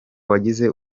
wagize